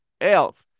else